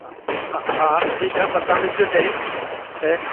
हा हा ठीकु आहे पर तव्हां ॾिसजो पहिरीं त